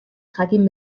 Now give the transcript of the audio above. jakin